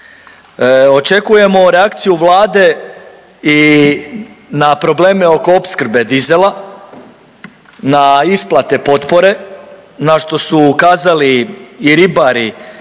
Očekujemo reakciju Vlade i na probleme oko opskrbe dizela, na isplate potpore na što su ukazali i ribari na